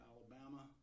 Alabama